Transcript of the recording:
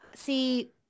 See